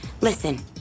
Listen